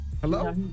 Hello